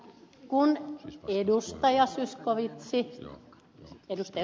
moni edustaja zyskowiczin sileän ed